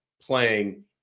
playing